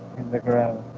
the gravity